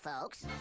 folks